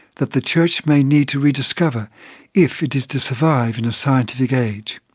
that the church may need to rediscover if it is to survive in a scientific age.